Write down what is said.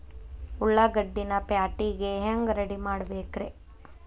ಉಳ್ಳಾಗಡ್ಡಿನ ಪ್ಯಾಟಿಗೆ ಹ್ಯಾಂಗ ರೆಡಿಮಾಡಬೇಕ್ರೇ?